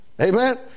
Amen